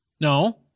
No